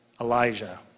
Elijah